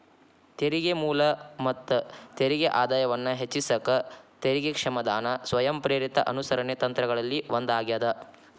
ತೆರಿಗೆ ಮೂಲ ಮತ್ತ ತೆರಿಗೆ ಆದಾಯವನ್ನ ಹೆಚ್ಚಿಸಕ ತೆರಿಗೆ ಕ್ಷಮಾದಾನ ಸ್ವಯಂಪ್ರೇರಿತ ಅನುಸರಣೆ ತಂತ್ರಗಳಲ್ಲಿ ಒಂದಾಗ್ಯದ